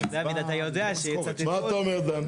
מה אתה אומר דן?